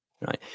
right